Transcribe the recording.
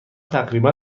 تقریبا